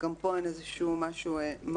גם פה אין משהו מהותי.